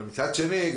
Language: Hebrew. מצד שני,